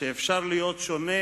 שאפשר להיות שונה,